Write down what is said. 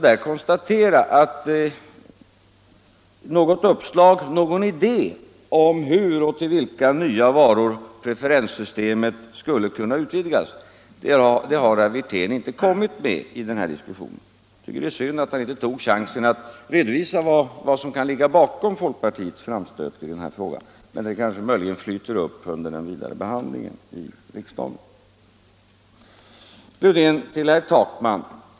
Jag konstaterar att något uppslag eller någon idé om hur och till vilka nya varor preferenssystemet skulle kunna utvidgas har herr Wirtén inte kommit med i den här diskussionen. Det är synd att han inte har tagit chansen att redovisa vad som kan ligga bakom folkpartiets framstöt i denna fråga, men det kanske flyter upp under den vidare behandlingen i riksdagen. Slutligen till herr Takman.